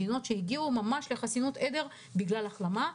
מדינות שהגיעו ממש לחסינות עדר בגלל החלמה,